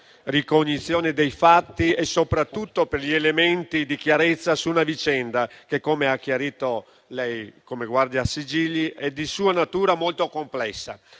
ricognizione dei fatti e soprattutto per gli elementi di chiarezza sulla vicenda che, come ha chiarito il Guardasigilli, è per sua natura molto complessa.